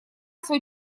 свой